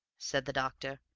said the doctor,